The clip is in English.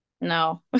no